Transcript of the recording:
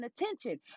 attention